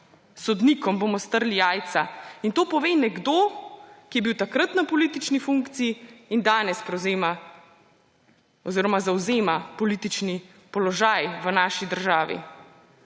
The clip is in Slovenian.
sodnikom bomo strli jajca. In to pove nekdo, ki je bil takrat na politični funkciji in danes prevzema oziroma zavzema politični položaj v naši državi.